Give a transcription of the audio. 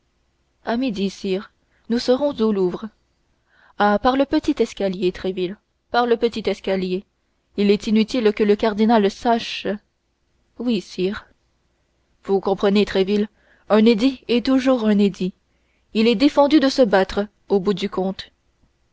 à midi sire nous serons au louvre ah par le petit escalier tréville par le petit escalier il est inutile que le cardinal sache oui sire vous comprenez tréville un édit est toujours un édit il est défendu de se battre au bout du compte